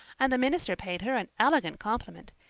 and the minister paid her an elegant compliment.